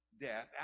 death